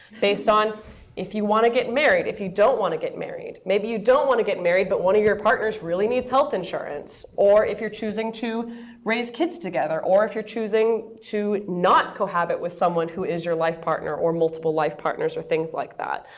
based on if you want to get married, if you don't want to get married. maybe you don't want to get married, but one of your partners really needs health insurance. or if you're choosing to raise kids together, or if you're choosing to not cohabit with someone who is your life partner, or multiple life partners, or things like that.